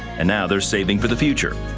and now they're saving for the future.